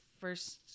first